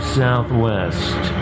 southwest